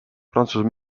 prantsuse